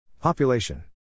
Population